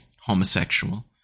Homosexual